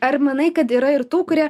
ar manai kad yra ir tų kurie